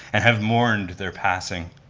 and have mourned their passing.